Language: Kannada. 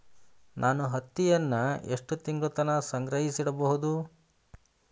ನಾನು ಹತ್ತಿಯನ್ನ ಎಷ್ಟು ತಿಂಗಳತನ ಸಂಗ್ರಹಿಸಿಡಬಹುದು?